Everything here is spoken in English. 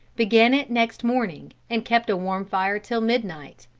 began it next morning, and kept a warm fire till midnight.